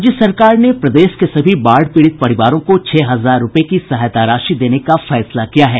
राज्य सरकार ने प्रदेश के सभी बाढ़ पीड़ित परिवारों को छह हजार रूपये की सहायता राशि देने का फैसला किया है